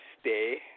stay